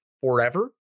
forever